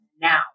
now